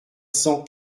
cent